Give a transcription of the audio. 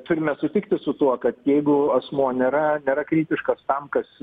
turime sutikti su tuo kad jeigu asmuo nėra nėra kritiškas tam kas